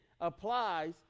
applies